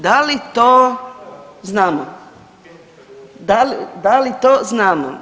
Da li to znamo, da li to znamo?